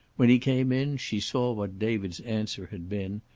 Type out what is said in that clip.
when he came in she saw what david's answer had been,